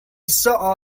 saw